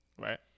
Right